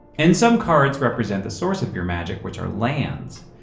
and some cards represent the source of your magic, which are lands.